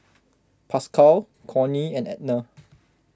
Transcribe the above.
Pascal Cornie and Edna